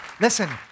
listen